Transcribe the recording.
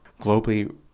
globally